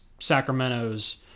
Sacramento's